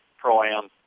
Pro-Am